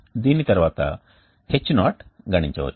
దీని తర్వాత H0 గణించవచ్చు